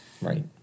Right